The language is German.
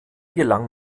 gelang